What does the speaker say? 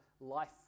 life